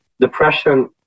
depression